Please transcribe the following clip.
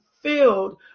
filled